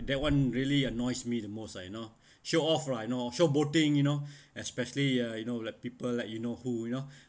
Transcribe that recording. that [one] really annoys me the most ah you know show off lah you know show boating you know especially uh you know like people like you know who you know